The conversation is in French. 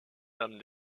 dame